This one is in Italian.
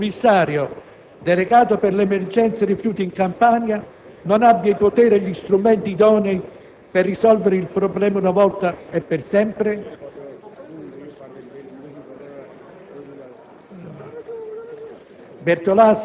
Non è possibile che un commissario delegato per l'emergenza rifiuti in Campania non abbia i poteri e gli strumenti idonei per risolvere il problema una volta e per sempre: